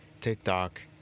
TikTok